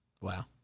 Wow